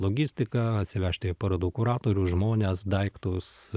logistiką atsivežti į parodų kuratorius žmones daiktus